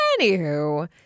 Anywho